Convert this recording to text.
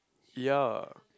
yea